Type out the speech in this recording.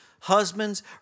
Husbands